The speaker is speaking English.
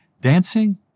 Dancing